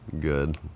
Good